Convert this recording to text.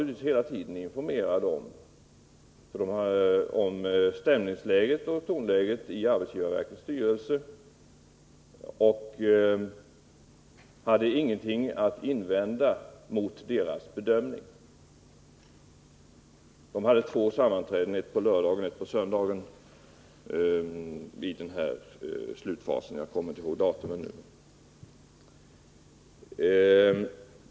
Jag var hela tiden informerad om stämningsläget och tonläget i arbetsgivarverkets styrelse och hade ingenting att invända mot styrelsens bedömning. Styrelsen höll två sammanträden — ett på lördagen och ett på söndagen i den aktuella helgen.